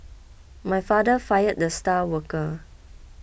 my father fired the star worker